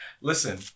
Listen